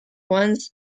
once